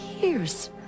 years